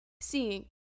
seeing